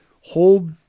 hold